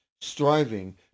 striving